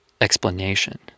explanation